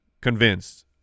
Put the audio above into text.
convinced